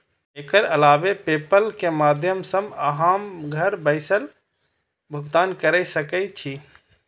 एकर अलावे पेपल के माध्यम सं अहां घर बैसल भुगतान कैर सकै छी